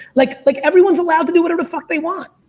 like like everyone's allowed to do whatever the fuck they want.